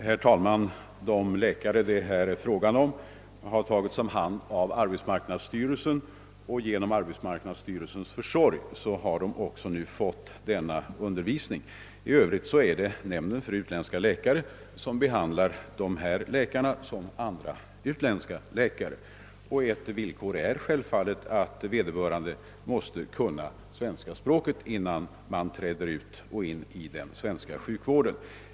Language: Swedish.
Herr talman! De läkare som det här är fråga om har tagits om hand av arbetsmarknadsstyrelsen, och genom verkets försorg har de nu fått denna un dervisning. I övrigt behandlar nämnden för utländska läkare dessa personer som alla andra utländska läkare. Ett villkor är självfallet att vederbörande behärskar svenska språket, innan han eller hon träder in i den svenska sjukvården.